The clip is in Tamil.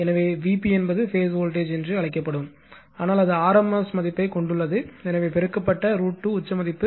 எனவே Vp என்பது பேஸ் வோல்டேஜ் என்று அழைக்கப்படும் ஆனால் அது rms மதிப்பைக் கொண்டுள்ளது எனவே பெருக்கப்பட்ட √ 2 உச்ச மதிப்பு